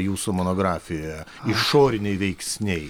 jūsų monografijoje išoriniai veiksniai